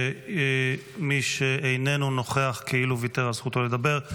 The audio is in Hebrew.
מי שאיננו נוכח, כאילו ויתר על זכותו לדבר.